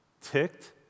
ticked